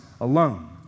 alone